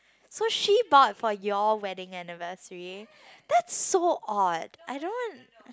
so she bought for your wedding anniversary that's so odd I don't want